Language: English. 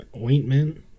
ointment